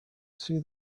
see